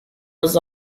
was